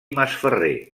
masferrer